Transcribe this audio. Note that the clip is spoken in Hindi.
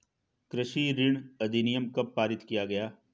कृषि ऋण अधिनियम कब पारित किया गया?